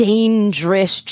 Dangerous